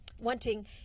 wanting